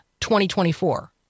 2024